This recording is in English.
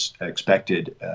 expected